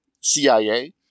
CIA